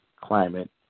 climate